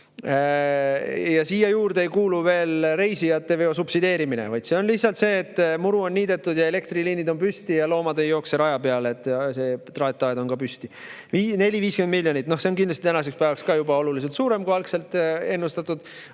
Siia juurde ei kuulu veel reisijateveo subsideerimine, see on lihtsalt see, et muru on niidetud ja elektriliinid on püsti ja loomad ei jookse raja peale, et see traataed on ka püsti. 40–50 miljonit! Ja see on ka kindlasti tänaseks päevaks juba oluliselt suurem, kui algselt ennustatud.